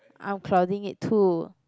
I'm clouding it too